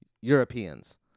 Europeans